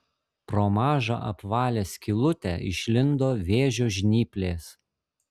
pro mažą apvalią skylutę išlindo vėžio žnyplės